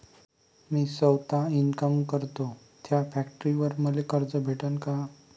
मी सौता इनकाम करतो थ्या फॅक्टरीवर मले कर्ज भेटन का?